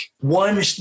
One